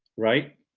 right?